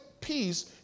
peace